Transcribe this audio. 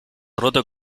roto